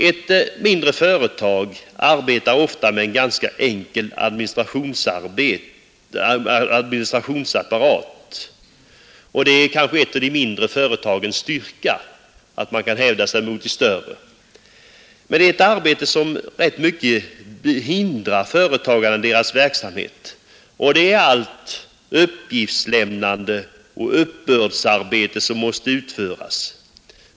Ett mindre företag arbetar ofta med en ganska enkel administrationsapparat, och det är kanske en styrka när det gäller att hävda sig mot de större. Men ett arbete som ganska mycket hindrar dessa företagare i deras verksamhet är allt uppgiftslämnande och uppbördsarbete som måste utföras.